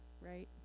right